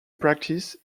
practice